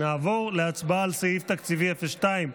נעבור להצבעה על סעיף תקציב 02,